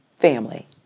family